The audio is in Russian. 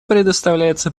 предоставляется